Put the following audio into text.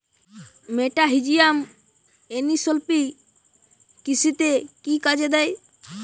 মেটাহিজিয়াম anisopliae কৃষিতে কি কাজে দেয়?